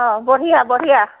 অ বঢ়িয়া বঢ়িয়া